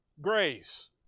grace